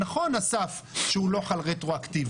נכון, אסף, שהוא לא חל רטרואקטיבית.